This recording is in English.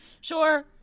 Sure